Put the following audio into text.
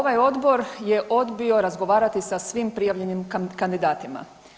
Ovaj odbor je odbio razgovarati sa svim prijavljenim kandidatima.